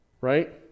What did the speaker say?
Right